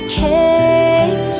came